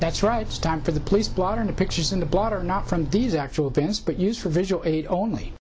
that's right it's time for the police blotter to pictures in the blotter not from these actual bins but useful visual aid only